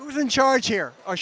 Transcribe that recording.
who's in charge here or